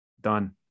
done